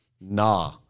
Nah